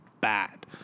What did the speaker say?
bad